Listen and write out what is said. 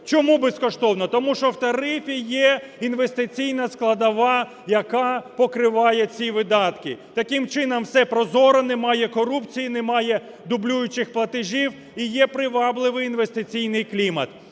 Чому безкоштовно? Тому що в тарифі є інвестиційна складова, яка покриває ці видатки. Таким чином, все прозоро, немає корупції, немає дублюючих платежів і є привабливий інвестиційний клімат.